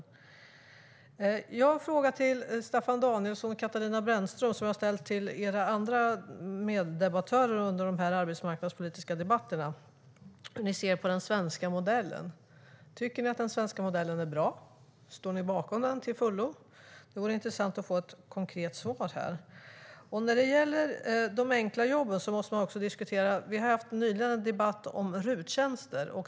Jag har samma fråga till Staffan Danielsson och Katarina Brännström som jag har ställt till de andra meddebattörerna under de arbetsmarknadspolitiska debatterna. Den gäller hur ni ser på den svenska modellen. Tycker ni att den svenska modellen är bra? Står ni bakom den till fullo? Det vore intressant att få ett konkret svar på det. De enkla jobben måste man också diskutera. Vi har nyligen haft en debatt om RUT-tjänster.